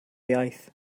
iaith